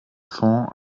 fonds